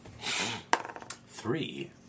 Three